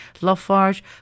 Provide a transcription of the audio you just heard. Lafarge